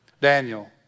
Daniel